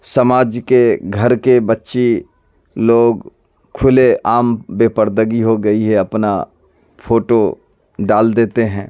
سماج کے گھر کے بچی لوگ کھلے عام بے پردگی ہو گئی ہے اپنا فوٹو ڈال دیتے ہیں